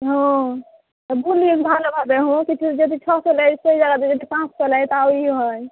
ও তা বলিস ভালোভাবে হো কিছু যদি ছশো নেয় সেই জায়গাতে যদি পাঁচশো নেয় তাহলেই হয়